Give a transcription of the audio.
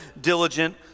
diligent